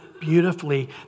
beautifully